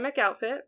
outfit